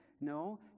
No